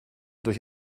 durch